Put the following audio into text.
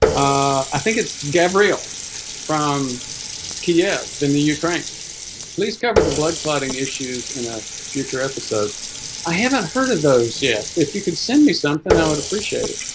i think it's gavril from kiev in the ukraine please cover the blood clotting issues in a future episode i haven't heard of those yet if you could send me something i would appreciate it